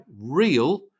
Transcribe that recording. real